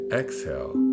exhale